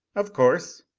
of course.